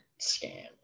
scam